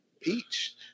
Peach